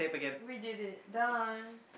we did it done